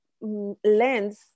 lens